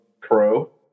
pro